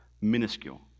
minuscule